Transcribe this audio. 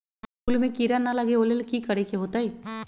फूल में किरा ना लगे ओ लेल कि करे के होतई?